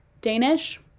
Danish